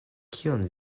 kion